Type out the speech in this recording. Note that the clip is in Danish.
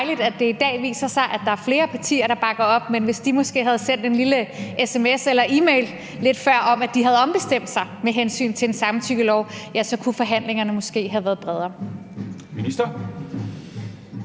det er dejligt, at det i dag viser sig, at der er flere partier, der bakker op, men hvis de måske havde sendt en lille sms eller e-mail lidt før om, at de havde ombestemt sig med hensyn til en samtykkelov, ja, så kunne forhandlingerne måske have været bredere. Kl.